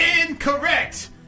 Incorrect